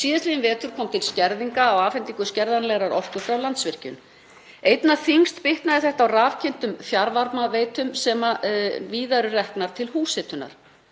Síðastliðinn vetur kom til skerðinga á afhendingu skerðanlegri orku frá Landsvirkjun. Einna þyngst bitnaði þetta á rafkyntum fjarvarmaveitum sem víða eru reknar til húshitunar.